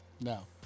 No